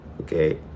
Okay